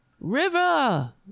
River